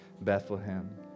Bethlehem